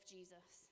Jesus